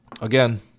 again